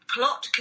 plot